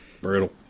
brutal